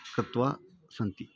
कृत्वा सन्ति